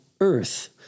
earth